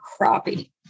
crappie